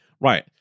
Right